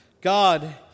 God